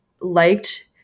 liked